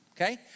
okay